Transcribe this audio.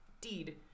deed